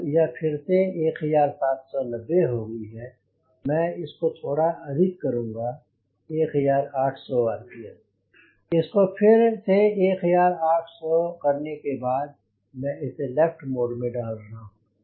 अब यह फिर से 1790 हो गई है मैं इसको थोड़ा अधिक करूँगा 1800 आरपीएम इसको फिर से 1800 करने के बाद मैं इसे लेफ्ट मोड में डाल रहा हूँ